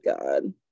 God